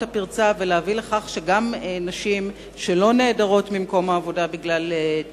הפרצה ולהביא לכך שגם נשים שאינן נעדרות ממקום העבודה שעה שהן עוברות